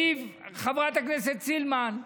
חברת הכנסת סילמן,